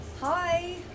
Hi